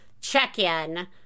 check-in